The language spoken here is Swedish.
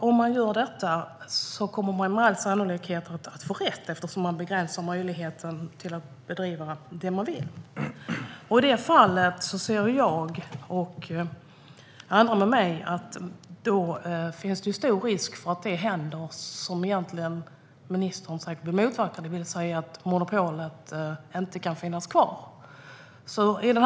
Om man gör det kommer man med all sannolikhet att få rätt, eftersom Sverige här begränsar möjligheten att bedriva denna verksamhet. Då finns det stor risk för att monopolet inte kommer att kunna finnas kvar, och det tror jag att ministern säkert vill försöka motverka.